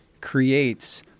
creates –